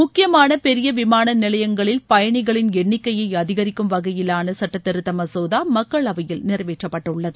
முக்கியமான பெரிய விமான நிலையங்களில் பயணிகளின் எண்ணிக்கையை அதிகரிக்கும் வகையிலான சட்டத்திருத்த மசோதா மக்களவையில் நிறைவேற்றப்பட்டுள்ளது